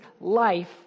life